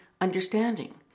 understanding